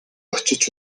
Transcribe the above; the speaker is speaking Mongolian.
очиж